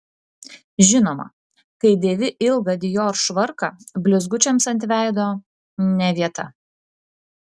žinoma kai dėvi ilgą dior švarką blizgučiams ant veido ne vieta